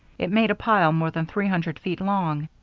it made a pile more than three hundred feet long.